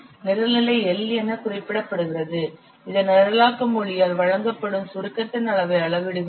நிரல் நிலை L என குறிப்பிடப்படபடுகிறது இது நிரலாக்க மொழியால் வழங்கப்படும் சுருக்கத்தின் அளவை அளவிடுகிறது